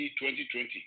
2020